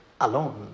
alone